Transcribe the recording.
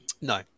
No